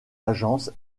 agence